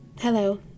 Hello